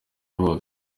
hose